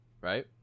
right